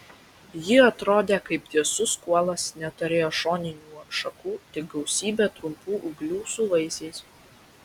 ji atrodė kaip tiesus kuolas neturėjo šoninių šakų tik gausybę trumpų ūglių su vaisiais